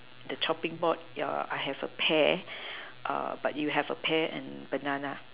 the chopping ya I have a pear but you have a pear and banana